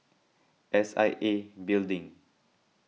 S I A Building